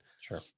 sure